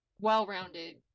well-rounded